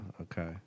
Okay